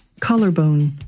Collarbone